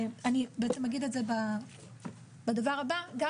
אני בעצם אגיד את זה בדבר הבא, גם